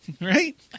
Right